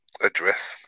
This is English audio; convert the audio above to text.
address